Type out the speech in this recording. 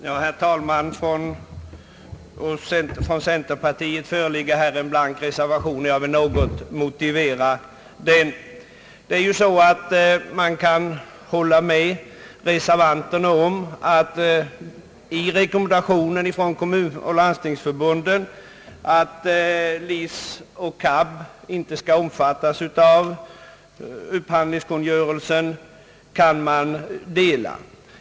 Herr talman! Från centerpartiet föreligger en blank reservation, och jag vill något motivera den. Man kan hålla med reservanterna om att LIC och KAB icke skall undantagas i den kommunala upphandlingskungörelsen.